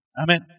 Amen